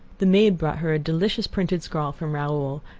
the maid brought her a delicious printed scrawl from raoul,